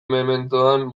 mementoan